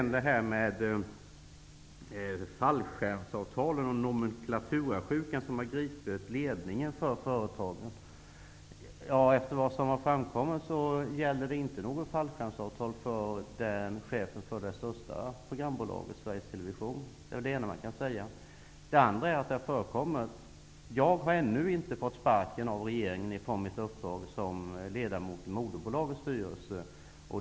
När det gäller fallskärmsavtalen och den nomenklaturasjuka som har gripit ledningen för företagen kan jag konstatera, efter vad som har framkommit, att något fallskärmsavtal inte finns för chefen för det största programbolaget, Sveriges Television. Det är det ena jag vill säga. Det andra är att jag ännu inte har fått sparken av regeringen från mitt uppdrag som ledamot av moderbolagets styrelse.